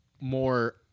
more